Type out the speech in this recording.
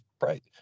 right